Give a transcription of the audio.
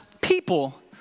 people